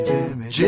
Jimmy